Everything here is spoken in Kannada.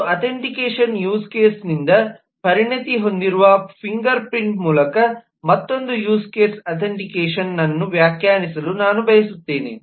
ಮತ್ತು ಅಥೆಂಟಿಕೇಷನ್ ಯೂಸ್ ಕೇಸ್ ನಿಂದ ಪರಿಣತಿ ಹೊಂದಿರುವ ಫಿಂಗರ್ಪ್ರಿಂಟ್ ಮೂಲಕ ಮತ್ತೊಂದು ಯೂಸ್ ಕೇಸ್ ಅಥೆಂಟಿಕೇಷನ್ ನ್ನು ವ್ಯಾಖ್ಯಾನಿಸಲು ನಾನು ಬಯಸುತ್ತೇನೆ